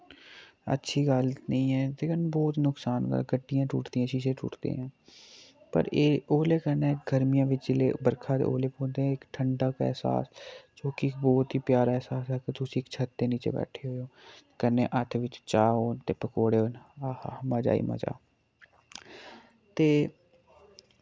अच्छी गल्ल निं ऐ ते कन्नै बोह्त नुकसान गड्डियां टुटदियां शीशे टुटदे ऐं पर एह् ओले कन्नै गर्मियां विच जिल्ले बरखा दे ओले पौंदे इक ठंडा एह्सास जो कि बोह्त ही प्यारा एह्सास ऐ अगर तुस इक छत दे नीचे बैठे होए ओ कन्नै हत्थ विच चा हो ते पकोड़े होन आहाहा मजा ही मजा ते